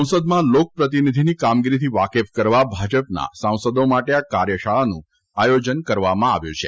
સંસદમાં લોકપ્રતિભિધિની કામગીરીથી વાકેફ કરવા ભાજપના સાંસદો માટે આ કાર્યશાળાનું આયોજન કરાયું છે